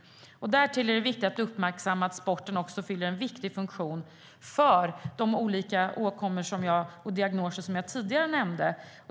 Därtill är det viktigt att uppmärksamma att sporten också fyller en viktig funktion för att motverka de åkommor och diagnoser som jag tidigare nämnde.